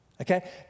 okay